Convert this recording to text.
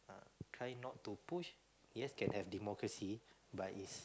try not to push yes can have democracy but is